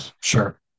sure